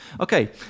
Okay